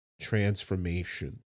transformation